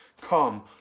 Come